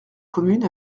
commune